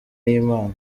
y’imana